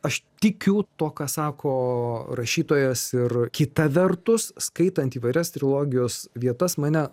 aš tikiu tuo ką sako rašytojas ir kita vertus skaitant įvairias trilogijos vietas mane